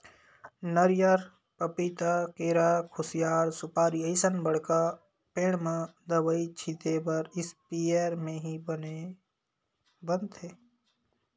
नरियर, पपिता, केरा, खुसियार, सुपारी असन बड़का पेड़ म दवई छिते बर इस्पेयर म ही बने बनथे